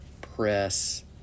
Press